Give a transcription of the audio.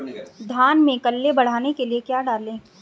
धान में कल्ले बढ़ाने के लिए क्या डालें?